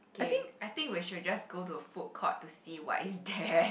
okay I think we should just go to a food court to see what is there